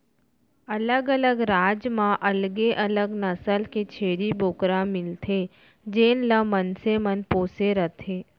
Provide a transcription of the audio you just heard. अलग अलग राज म अलगे अलग नसल के छेरी बोकरा मिलथे जेन ल मनसे मन पोसे रथें